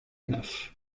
enough